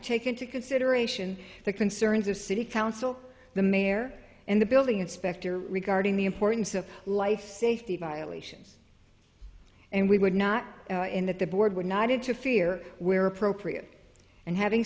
take into consideration the concerns of city council the mayor and the building inspector regarding the importance of life safety violations and we would not in that the board would not interfere where appropriate and having